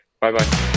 bye-bye